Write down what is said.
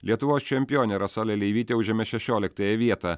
lietuvos čempionė rasa leleivytė užėmė šešioliktąją vietą